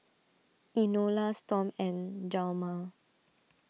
Enola Storm and Hjalmar